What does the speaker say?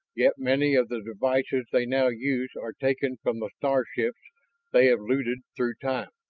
yet many of the devices they now use are taken from the star ships they have looted through time.